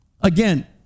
Again